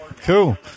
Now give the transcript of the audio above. Cool